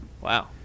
Wow